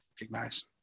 recognize